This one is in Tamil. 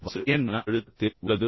பசு ஏன் மன அழுத்தத்தில் உள்ளது